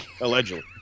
Allegedly